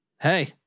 Hey